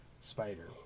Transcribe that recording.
spider